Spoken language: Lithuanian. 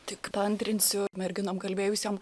tik paantrinsiu merginom kalbėjusiom